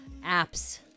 apps